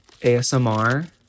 ASMR